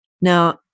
Now